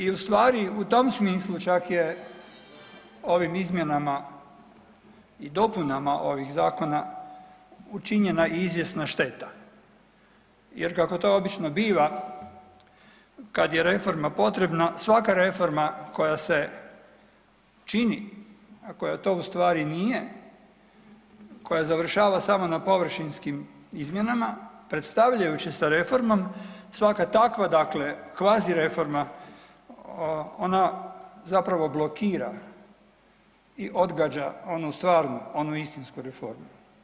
I u stvari u tom smislu čak je ovim izmjenama i dopunama ovih zakona učinjena i izvjesna šteta jer kako to obično biva kad je reforma potrebna svaka reforma koja se čini, a koja to u stvari nije, koja završava samo na površinskim izmjenama predstavljajući se reformom svaka takva dakle kvazi reforma ona zapravo blokira i odgađa onu stvarnu onu istinsku reformu.